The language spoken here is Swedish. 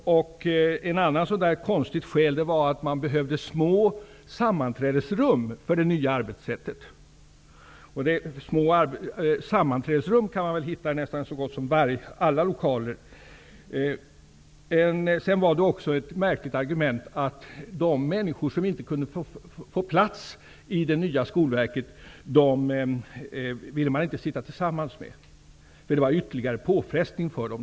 Ett annat lika konstigt skäl var att man behövde små sammanträdesrum för det nya arbetssättet. Små sammanträdesrum kan man väl hitta i så gott som alla lokaler! Ett märkligt argument är det också att man inte ville sitta tillsammans med de människor som inte kunde få plats i det nya Skolverket -- det skulle vara ytterligare en påfrestning för dem.